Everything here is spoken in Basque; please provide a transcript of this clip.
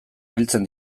biltzen